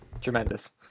Tremendous